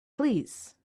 please